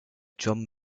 drum